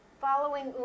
Following